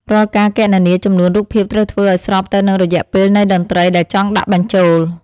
រាល់ការគណនាចំនួនរូបភាពត្រូវធ្វើឱ្យស្របទៅនឹងរយៈពេលនៃតន្ត្រីដែលចង់ដាក់បញ្ចូល។